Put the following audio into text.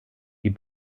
die